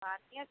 पानिए